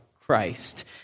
Christ